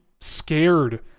scared